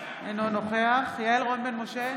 אינו נוכח יעל רון בן משה,